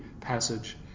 passage